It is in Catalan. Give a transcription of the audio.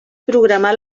programar